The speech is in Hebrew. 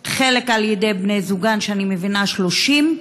מאז 2010, חלק על ידי בני זוגן, אני מבינה, 30,